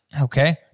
Okay